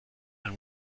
and